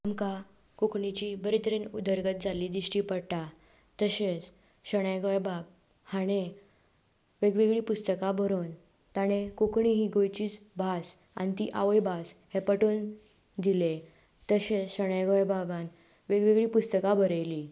आमकां कोंकणीची बरे तरेन उदरगत जाल्ली दिश्टी पडटा तशेंच शणै गोंयबाब हांणें वेगवेगळीं पुस्तकां बरोवन ताणें कोंकणी ही गोंयचीच भास आनी ती आवयभास हें पटोवन दिलें तशेंच शणै गोंयबाबान वेगवेगळीं पुस्तकां बरयलीं